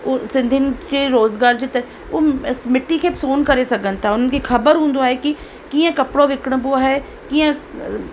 उ सिंधियुनि खे रोज़गार जी तर उहा मिटी खे बि सोन करे सघनि था उन खे ख़बर हूंदो आहे की कीअं कपिड़ो विकिणबो आहे कीअं